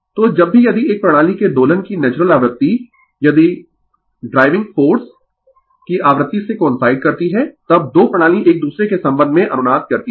तो जब भी यदि एक प्रणाली के दोलन की नेचुरल आवृत्ति यदि ड्राइविंग फोर्स की आवृत्ति से कोइनसाइड करती है तब 2 प्रणाली एक दूसरे के संबंध में अनुनाद करती है